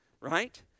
right